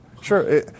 Sure